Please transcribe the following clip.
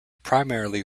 primarily